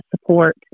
support